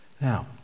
Now